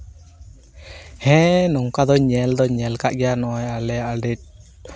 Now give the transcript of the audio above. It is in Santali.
ᱦᱮᱸ ᱱᱚᱝᱠᱟ ᱫᱩᱧ ᱧᱮᱞ ᱫᱩᱧ ᱧᱮᱞ ᱠᱟᱜ ᱜᱮᱭᱟ ᱱᱚᱜᱼᱚᱸᱭ ᱟᱞᱮ ᱟᱞᱮ